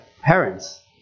parents